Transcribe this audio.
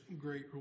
great